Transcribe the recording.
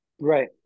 Right